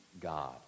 God